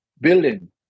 building